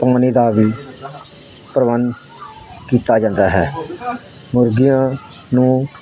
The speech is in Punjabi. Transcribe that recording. ਪਾਣੀ ਦਾ ਵੀ ਪ੍ਰਬੰਧ ਕੀਤਾ ਜਾਂਦਾ ਹੈ ਮੁਰਗੀਆਂ ਨੂੰ